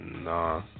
Nah